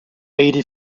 eighty